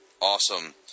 Awesome